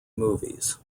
movies